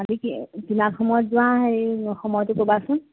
আমি কি কিমান সময়ত যাওঁ হেৰি সময়টো ক'বাচোন